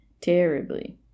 terribly